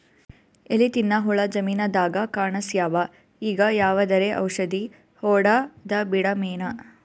ಎಲಿ ತಿನ್ನ ಹುಳ ಜಮೀನದಾಗ ಕಾಣಸ್ಯಾವ, ಈಗ ಯಾವದರೆ ಔಷಧಿ ಹೋಡದಬಿಡಮೇನ?